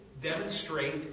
demonstrate